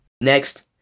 Next